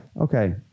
okay